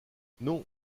non